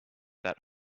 that